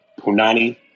Punani